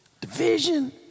Division